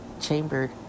chambered